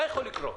מה יכול לקרות?